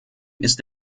ist